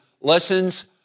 lessons